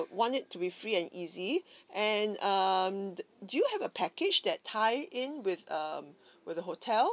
want it to be free and easy and um the do you have a package that tie in with um with the hotel